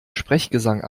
sprechgesang